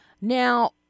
Now